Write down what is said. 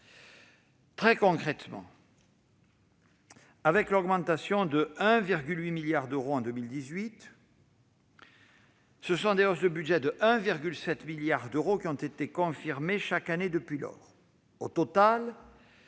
Très concrètement, après une augmentation de 1,8 milliard d'euros en 2018, ce sont des hausses de crédits de 1,7 milliard d'euros qui ont été confirmées chaque année. Au total,